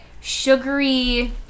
sugary